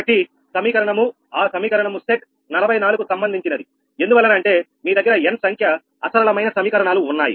కాబట్టి సమీకరణము ఆ సమీకరణము సెట్ 44 కు సంబంధించినది ఎందువలన అంటే మీ దగ్గర n సంఖ్య అసరళమైన సమీకరణాలు ఉన్నాయి